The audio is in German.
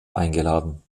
eingeladen